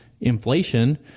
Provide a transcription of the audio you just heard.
inflation